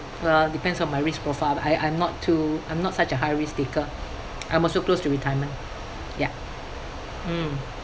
uh depends on my risk profile but I I'm not too I'm not such a high risk taker I'm also close to retirement ya mm